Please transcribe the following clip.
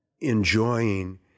enjoying